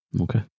Okay